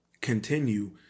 continue